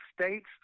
states